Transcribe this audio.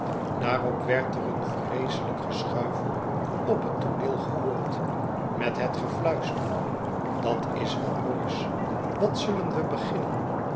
daarop werd er een vreeselijk geschuifel op het tooneel gehoord met het gefluister dat is wat moois wat zullen we beginnen